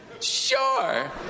Sure